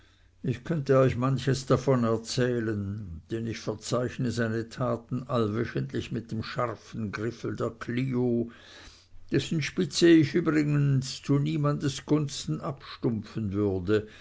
ich könnte euch manches davon erzählen denn ich verzeichne seine taten allwöchentlich mit dem scharfen griffel der klio dessen spitze ich übrigens zu niemandes gunsten abstumpfen würde